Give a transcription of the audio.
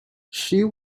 she